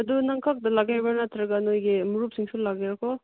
ꯑꯗꯨ ꯅꯪ ꯈꯛꯇ ꯂꯥꯛꯀꯦ ꯍꯥꯏꯕ꯭ꯔꯥ ꯅꯠꯇ꯭ꯔꯒ ꯅꯣꯏꯒꯤ ꯃꯔꯨꯞꯁꯤꯡꯁꯨ ꯂꯥꯛꯀꯦꯔꯥꯀꯣ